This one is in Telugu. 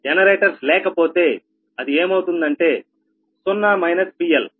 జనరేటర్స్ లేకపోతే అది ఏమవుతుందంటే 0−PL